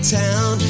town